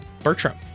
Bertram